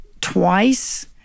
twice